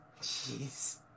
Jeez